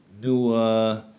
new